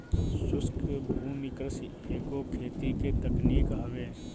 शुष्क भूमि कृषि एगो खेती के तकनीक हवे